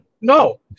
no